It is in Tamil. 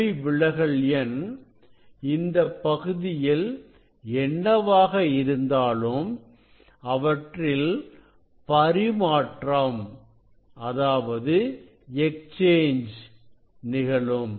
ஒளிவிலகல் எண் இந்தப் பகுதியில் என்னவாக இருந்தாலும் அவற்றில் பரிமாற்றம் நிகழும்